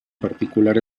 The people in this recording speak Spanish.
particular